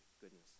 goodness